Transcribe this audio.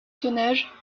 tonnage